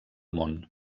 món